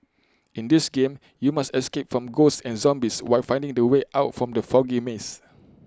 in this game you must escape from ghosts and zombies while finding the way out from the foggy maze